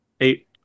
Eight